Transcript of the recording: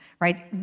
Right